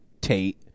Tate